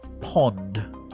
Pond